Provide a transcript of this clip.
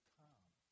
come